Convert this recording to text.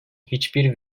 hiçbir